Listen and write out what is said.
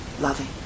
loving